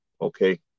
okay